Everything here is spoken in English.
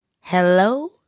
Hello